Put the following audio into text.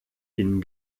ihnen